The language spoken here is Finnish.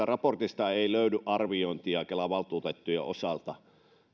raportista ei löydy arviointia kelan valtuutettujen osalta